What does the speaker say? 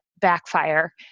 backfire